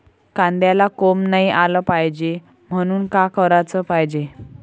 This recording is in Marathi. कांद्याला कोंब नाई आलं पायजे म्हनून का कराच पायजे?